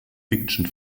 fiction